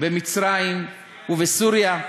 במצרים ובסוריה,